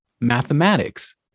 mathematics